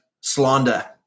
slander